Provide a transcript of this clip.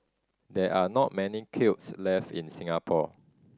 there are not many kilns left in Singapore